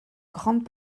grande